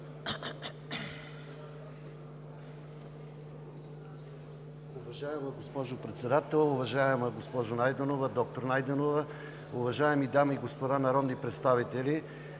Уважаема госпожо Председател, уважаема госпожо доктор Найденова, уважаеми дами и господа народни представители!